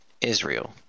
Israel